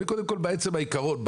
קודם כל לעצם העיקרון,